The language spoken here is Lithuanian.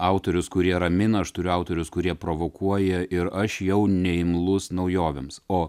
autorius kurie ramina aš turiu autorius kurie provokuoja ir aš jau ne imlus naujovėms o